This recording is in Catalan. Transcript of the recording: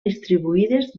distribuïdes